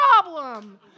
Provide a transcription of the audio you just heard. problem